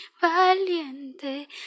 valiente